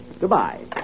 Goodbye